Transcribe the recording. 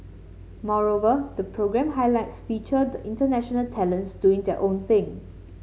moreover the programme highlights featured the international talents doing their own thing